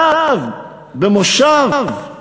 רב במושב,